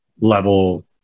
level